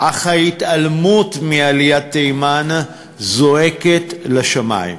אך ההתעלמות מעליית תימן זועקת לשמים.